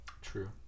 True